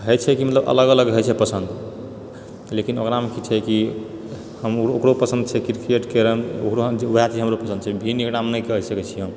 होइत छै कि मतलब अलग अलग होइत छै पसन्द लेकिन ओकराम कि छै कि हमरो ओकरो पसन्द छै क्रिकेट कैरम ओकरो ओएह चीज हमरो पसन्द छै भिन्न एकरामे नहि कहि सकैत छी हम